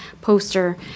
poster